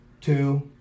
two